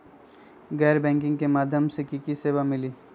गैर बैंकिंग के माध्यम से की की सेवा मिली?